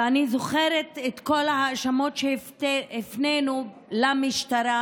ואני זוכרת את כל ההאשמות שהפנינו למשטרה